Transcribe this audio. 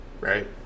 right